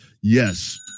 yes